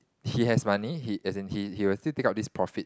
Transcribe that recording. he has money he as in he he will still take out this profits